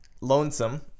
lonesome